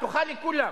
פתוחה לכולם.